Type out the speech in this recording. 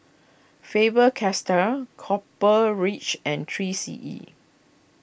Faber Castell Copper Ridge and three C E